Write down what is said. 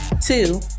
Two